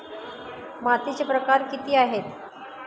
मातीचे प्रकार किती आहेत?